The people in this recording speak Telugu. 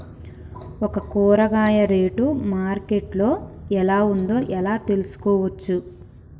ఒక కూరగాయ రేటు మార్కెట్ లో ఎలా ఉందో ఎలా తెలుసుకోవచ్చు?